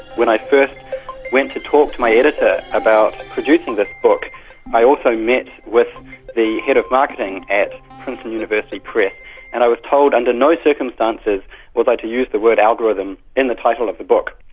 when i first went to talk to my editor about producing this book i also met with the head of marketing at princeton university press and i was told under no circumstances was i to use the word algorithm in the title of the book.